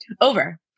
over